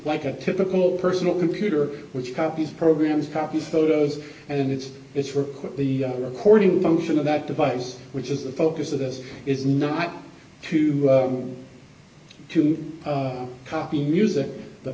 like a typical personal computer which copies programs copies photos and it's is for the recording function of that device which is the focus of this is not to want to copy music the